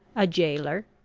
a gaoler.